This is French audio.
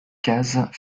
cases